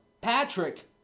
Patrick